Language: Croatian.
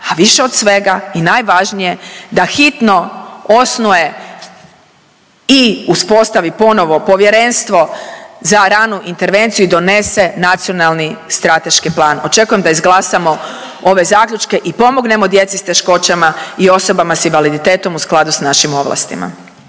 a više od svega i najvažnije, da hitno osnuje i uspostavi ponovo povjerenstvo za ranu intervenciju i donese nacionalni strateški plan. Očekujem da izglasamo ove zaključke i pomognemo djeci s teškoćama i osobama s invaliditetom u skladu s našim ovlastima.